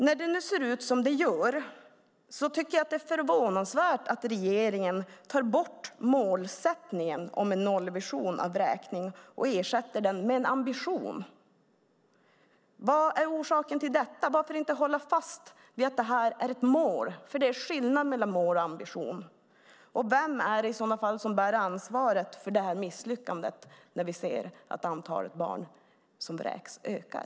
När det nu ser ut som det gör tycker jag att det är förvånansvärt att regeringen tar bort målsättningen om en nollvision för vräkning och ersätter den med en ambition. Vad är orsaken till detta? Varför inte hålla fast vid att det här är ett mål? Det är skillnad mellan mål och ambition. Vem är det i så fall som bär ansvaret för misslyckandet när vi ser att antalet barn som vräks ökar?